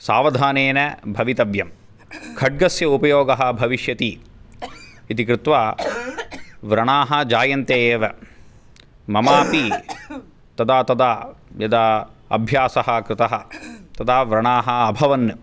सावधानेन भवितव्यम् खड्गस्य उपयोगः भविष्यति इति कृत्वा व्रणाः जायन्ते एव ममापि तदा तदा यदा अभ्यासः कृतः तदा व्रणाः अभवन्